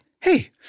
hey